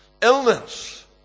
illness